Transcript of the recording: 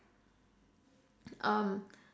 um